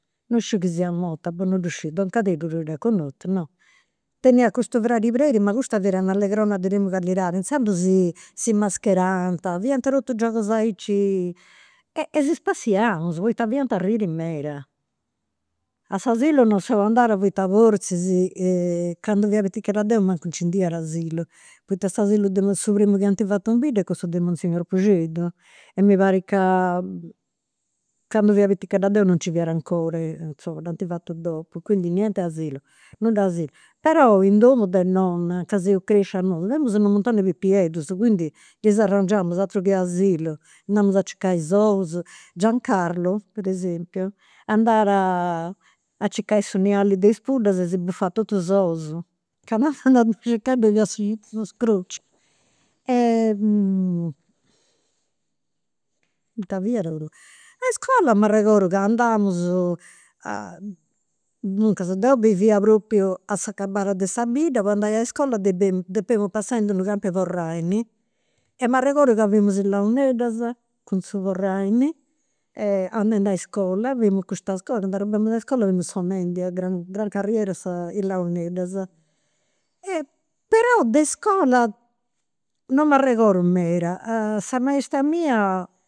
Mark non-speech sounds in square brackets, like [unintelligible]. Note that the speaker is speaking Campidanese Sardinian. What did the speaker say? Non sciu chi siat morta, boh non ddu sciu, don Cadeddu tui dda connotu, no? Teniat custu fradi, [unintelligible] ma custa fiat una allegrona de prima callidadi, inzandus si [hesitation] si mascherant, fiant totus giogus aici. E si spassiamus, poita fadiant arriri meda. A s'asilu non seu andada poita forzis candu fia pitichedda deu mancu nci nd'iat asilu, poita s'asilu de monsignor, su primu chi ant fatu in bidda est cussu de monsignor Puxeddu, e mi parit ca [hesitation] candu fia pitichedda deu non nci fiat 'ncora, dd'ant fatu dopu. Quindi niente asilu, nudda asilu. Però in domu de nonna, ca seu crescias nosu, femus unu muntoni de pipieddus, quindi gei s'arrangiamus, altro che asilu. 'Namus a circai is ous, Giancarlu, per esempio, andat a circai su niali de is puddas e si bufat totu is ous. Candu andant a ddu circai ddoi fiat su scrociu. Ita fiat. [hesitation] A iscola m'arregodu ca andamus, [hesitation] duncas, deu bivia propriu a s'acabada de sa bidda, po andai a iscola [hesitation] depemus passai in d'unu camp'e [unintelligible] e m'arregodu chi faimus is launeddas, cun su forraini, andendu a iscola, femus custas cosas. Candu arribemus a iscola femus sonendi a gran carriera i' launeddas. Però de iscola non m'arregodu meda. Sa maistra mia